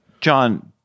John